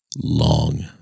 long